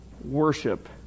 worship